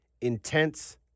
intense